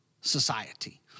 society